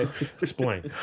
Explain